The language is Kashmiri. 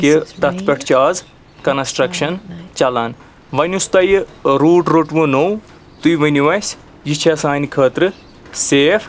کہِ تَتھ پٮ۪ٹھ چھِ آز کَنَسٹرٛکشَن چَلان وۄنۍ یُس تۄہہِ یہِ روٗٹ روٚٹوٕ نوٚو تُہۍ ؤنِو اَسہِ یہِ چھےٚ سانہِ خٲطرٕ سیف